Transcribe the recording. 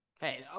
hey